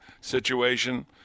situation